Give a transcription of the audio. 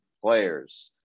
players